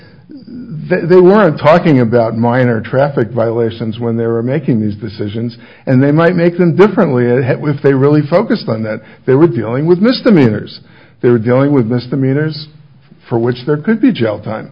that they weren't talking about minor traffic violations when they were making these decisions and they might make them differently it was they really focused on that there would be only with misdemeanors they were dealing with misdemeanors for which there could be jel time